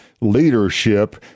Leadership